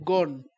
Gone